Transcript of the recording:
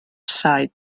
site